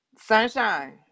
Sunshine